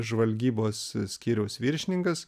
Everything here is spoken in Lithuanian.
žvalgybos skyriaus viršininkas